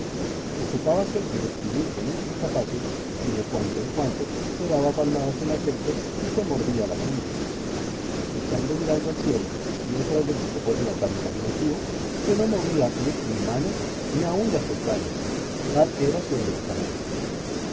ocupábase en escribir en un cartapacio y de cuando en cuando se daba palmadas en la frente y se mordía las uñas estando mirando al cielo y otras veces se ponía tan imaginativo que no movía pie ni mano ni aun las pestañas tal era su